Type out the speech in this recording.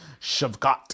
Shavkat